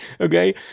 Okay